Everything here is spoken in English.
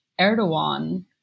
Erdogan